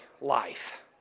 life